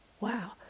wow